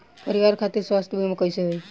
परिवार खातिर स्वास्थ्य बीमा कैसे होई?